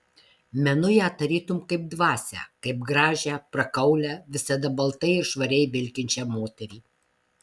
menu ją tarytum kaip dvasią kaip gražią prakaulią visada baltai ir švariai vilkinčią moterį